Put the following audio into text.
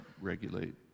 regulate